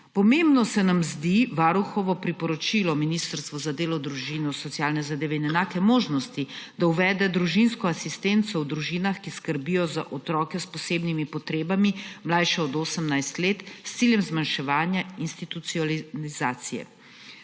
Pomembno se nam zdi varuhovo priporočilo Ministrstvu za delo, družino, socialne zadeve in enake možnosti, da uvede družinsko asistenco v družinah, ki skrbijo za otroke s posebnimi potrebami, mlajše od 18 let, s ciljem zmanjševanja institucionalizacije.